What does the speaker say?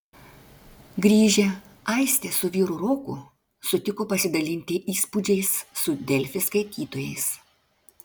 grįžę aistė su vyru roku sutiko pasidalinti įspūdžiais su delfi skaitytojais